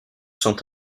sont